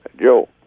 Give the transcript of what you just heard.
Joe